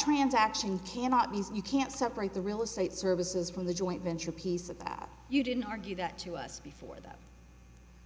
transaction cannot means you can't separate the real estate services from the joint venture piece of that you didn't argue that to us before that